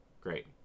great